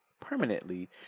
permanently